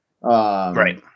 Right